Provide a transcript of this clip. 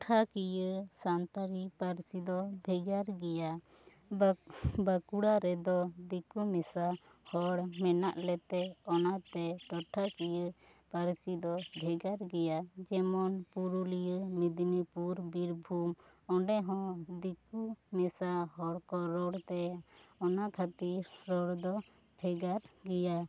ᱴᱚᱴᱷᱟ ᱠᱤᱭᱟᱹ ᱥᱟᱱᱛᱟᱲᱤ ᱯᱟᱹᱨᱥᱤ ᱫᱚ ᱵᱷᱮᱜᱟᱨ ᱜᱮᱭᱟ ᱵᱟᱸᱠᱩᱲᱟ ᱨᱮᱫᱚ ᱫᱤᱠᱩ ᱢᱮᱥᱟ ᱦᱚᱲ ᱢᱮᱱᱟᱜ ᱞᱮᱛᱮ ᱚᱱᱟᱛᱮ ᱴᱚᱴᱷᱟᱠᱤᱭᱟᱹ ᱯᱟᱹᱨᱥᱤ ᱫᱚ ᱵᱷᱮᱜᱟᱨ ᱜᱮᱭᱟ ᱡᱮᱢᱚᱱ ᱯᱩᱨᱩᱞᱤᱭᱟᱹ ᱢᱤᱫᱽᱱᱤᱯᱩᱨ ᱵᱤᱨᱵᱷᱩᱢ ᱚᱸᱰᱮ ᱦᱚᱸ ᱫᱤᱠᱩ ᱢᱮᱥᱟ ᱦᱚᱲ ᱠᱚ ᱨᱚᱲ ᱛᱮ ᱚᱱᱟ ᱠᱷᱟᱹᱛᱤᱨ ᱨᱚᱲ ᱫᱚ ᱵᱷᱮᱜᱟᱨ ᱜᱮᱭᱟ